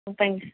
thank you